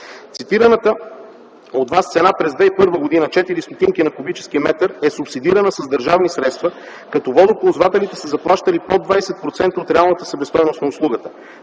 Цитираната от Вас цена през 2001 г. – 0,04 лв. на кубически метър, е субсидирана с държавни средства, като водоползвателите са заплащали под 20% от реалната себестойност на услугата.